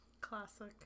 Classic